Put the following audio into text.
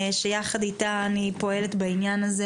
שיחד איתה אני פועלת בעניין הזה